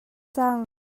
cang